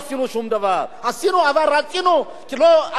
עשינו, אבל רצינו, כי אנחנו הלכנו לבחירות.